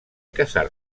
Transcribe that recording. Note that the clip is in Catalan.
casar